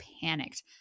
panicked